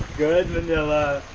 good manilla.